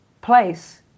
place